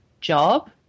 job